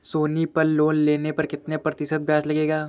सोनी पल लोन लेने पर कितने प्रतिशत ब्याज लगेगा?